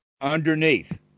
underneath